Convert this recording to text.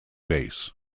base